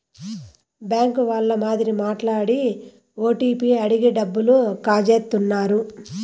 bank వాళ్ళ మాదిరి మాట్లాడి ఓటీపీ అడిగి డబ్బులు కాజేత్తన్నారు